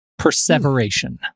perseveration